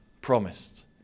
promised